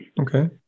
Okay